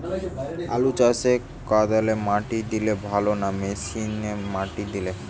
আলু চাষে কদালে মাটি দিলে ভালো না মেশিনে মাটি দিলে?